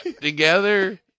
together